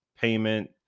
payment